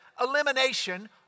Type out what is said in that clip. elimination